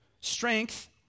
Strength